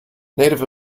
native